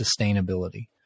sustainability